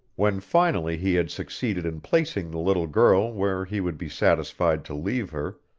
when finally he had succeeded in placing the little girl where he would be satisfied to leave her,